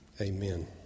Amen